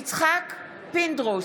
יצחק פינדרוס,